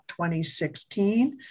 2016